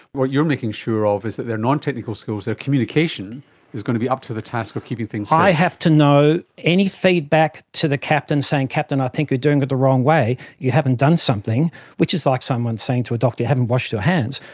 what you're making sure of is that their non-technical skills, their communication is going to be up to the task of keeping things safe. i have to know any feedback to the captain saying, captain, i think you're doing it the wrong way, you haven't done something which is like someone saying to a doctor you haven't washed your hands.